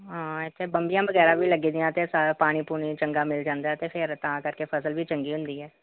ਹਾਂ ਇੱਥੇ ਬੰਬੀਆਂ ਵਗੈਰਾ ਵੀ ਲੱਗਦੀਆਂ ਅਤੇ ਸਾਰਾ ਪਾਣੀ ਪੂਣੀ ਚੰਗਾ ਮਿਲ ਜਾਂਦਾ ਅਤੇ ਫਿਰ ਤਾਂ ਕਰਕੇ ਫਸਲ ਵੀ ਚੰਗੀ ਹੁੰਦੀ ਹੈ